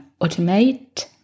automate